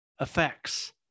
effects